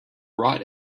right